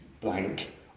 blank